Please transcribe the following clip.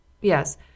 Yes